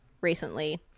recently